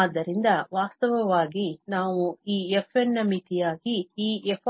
ಆದ್ದರಿಂದ ವಾಸ್ತವವಾಗಿ ನಾವು ಈ fn ನ ಮಿತಿಯಾಗಿ ಈ f